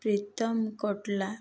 Pritam Katla